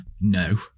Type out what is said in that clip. no